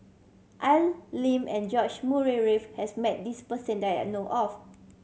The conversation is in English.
Al Lim and George Murray Reith has met this person that I know of